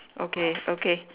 okay okay